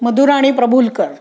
Madhurani Prabhulkar